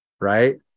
right